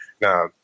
Now